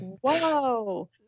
whoa